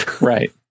Right